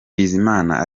bizimana